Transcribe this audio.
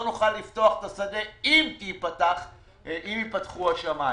לא נוכל לפתוח את השדה אם ייפתחו השמים.